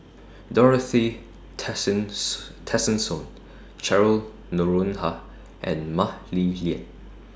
Dorothy Tessensohn Cheryl Noronha and Mah Li Lian